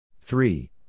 Three